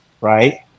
Right